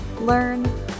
Learn